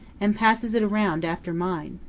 and passes it around after mine.